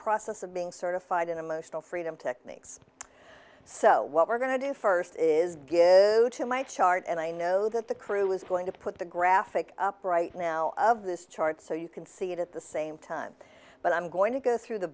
process of being certified in emotional freedom techniques so what we're going to do first is get to my chart and i know that the crew is going to put the graphic up right now of this chart so you can see it at the same time but i'm going to go through the